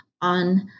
on